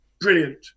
Brilliant